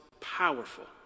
powerful